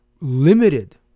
limited